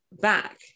back